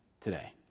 today